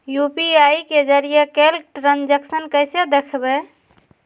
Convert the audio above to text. UPI के जरिए कैल ट्रांजेक्शन कैसे देखबै?